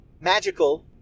magical